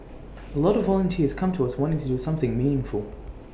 A lot of volunteers come to us wanting to do something meaningful